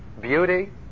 beauty